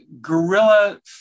guerrilla